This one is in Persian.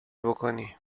بکنی